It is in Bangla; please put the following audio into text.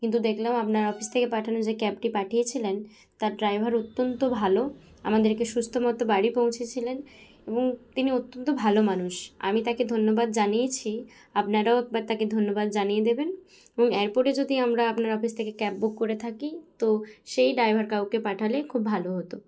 কিন্তু দেখলাম আপনার অফিস থেকে পাঠানো যে ক্যাবটি পাঠিয়েছিলেন তার ড্রাইভার অত্যন্ত ভালো আমাদেরকে সুস্থ মতো বাড়ি পৌঁছেছিলেন এবং তিনি অত্যন্ত ভালো মানুষ আমি তাকে ধন্যবাদ জানিয়েইছি আপনারাও একবার তাকে ধন্যবাদ জানিয়ে দেবেন এবং এরপরে যদি আমরা আপনার অফিস থেকে ক্যাব বুক করে থাকি তো সেই ডাইভার কাকুকে পাঠালে খুব ভালো হতো